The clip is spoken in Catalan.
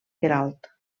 queralt